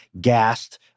gassed